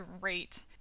great